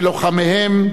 שלוחמיהם,